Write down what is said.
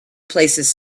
places